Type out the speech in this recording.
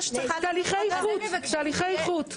תהליכי איכות.